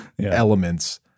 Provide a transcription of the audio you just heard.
elements